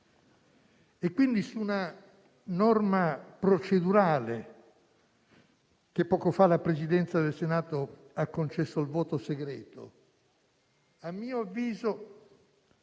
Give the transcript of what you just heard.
È quindi su una norma procedurale che poco fa la Presidenza del Senato ha concesso il voto segreto, a mio avviso